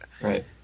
Right